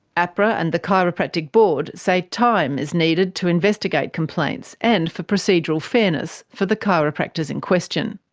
ahpra and the chiropractic board say time is needed to investigate complaints, and for procedural fairness for the chiropractors in question.